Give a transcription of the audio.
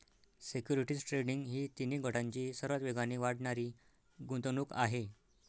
securities trading ही तिन्ही गटांची सर्वात वेगाने वाढणारी गुंतवणूक आहे